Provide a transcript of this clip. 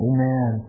Amen